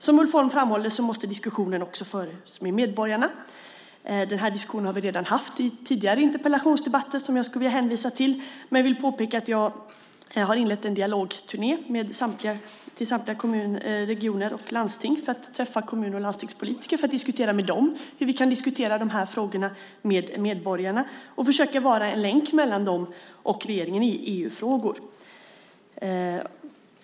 Som Ulf Holm framhåller måste diskussionen också föras med medborgarna. Den här diskussionen har vi redan haft i tidigare interpellationsdebatter, som jag skulle vilja hänvisa till. Men jag vill påpeka att jag har inlett en dialogturné till samtliga regioner och landsting för att träffa kommun och landstingspolitiker för att prata med dem om hur vi kan diskutera de här frågorna med medborgarna. Vi ska försöka vara en länk mellan dem och regeringen i EU-frågor.